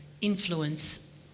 influence